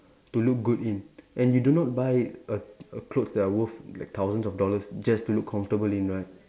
to look good in and you do not buy a a clothes that are worth like thousands of dollars just to look comfortable in right